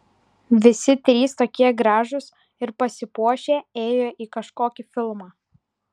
visi trys tokie gražūs ir pasipuošę ėjo į kažkokį filmą